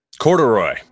corduroy